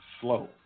slow